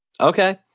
Okay